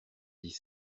dix